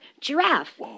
Giraffe